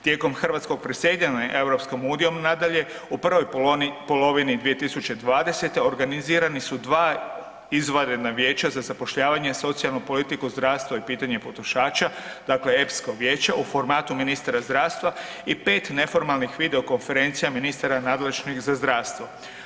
Tijekom hrvatskog predsjedanja EU-om nadalje, u prvoj polovini 2020. organizirani su 2 izvanredna vijeća za zapošljavanje socijalne politike zdravstva i pitanje potrošača, dakle epsko vijeće u formatu ministara zdravstva i 5 neformalnih video konferencija ministara nadležnih za zdravstvo.